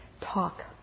talk